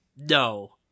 No